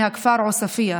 מהכפר עוספיא.